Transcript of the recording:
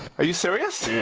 are you serious?